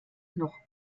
noch